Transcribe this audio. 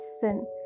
sin